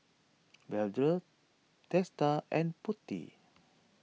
Vedre Teesta and Potti